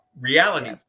reality